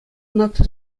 наци